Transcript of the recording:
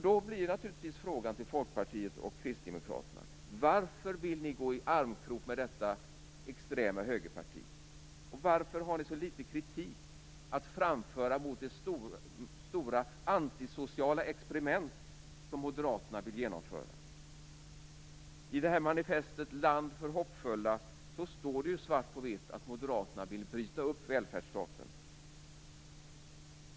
Då uppstår naturligtvis frågor till Folkpartiet och Kristdemokraterna: Varför vill ni gå i armkrok med detta extrema högerparti? Varför har ni så litet kritik att framföra mot det stora antisociala experiment som Moderaterna vill genomföra? I manifestet Land för hoppfulla står det svart på vitt att Moderaterna vill bryta upp välfärdsstaten.